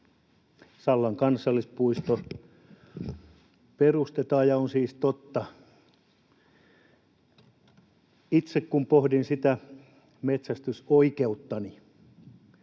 Sallan kansallispuisto perustetaan ja on siis totta. Itse kun pohdin sitä metsästysoikeuttani,